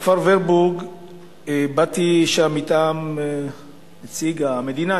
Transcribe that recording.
לכפר-ורבורג באתי כנציג המדינה,